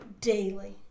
daily